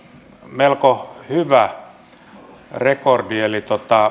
melko hyvä rekordi eli